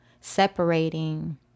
separating